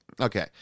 Okay